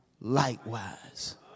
likewise